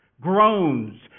groans